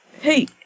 Hey